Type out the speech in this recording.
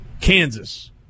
Kansas